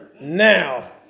now